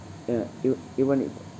uh you even if